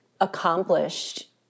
accomplished